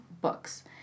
books